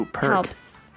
helps